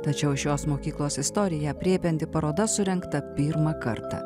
tačiau šios mokyklos istoriją aprėpianti paroda surengta pirmą kartą